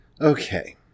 Okay